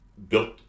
Built